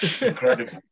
Incredible